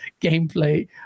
gameplay